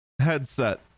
headset